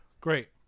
Great